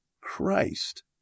Christ